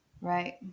Right